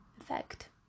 effect